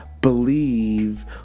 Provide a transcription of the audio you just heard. believe